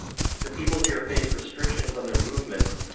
the people here face restrictions on their movements,